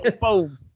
boom